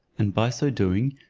and by so doing,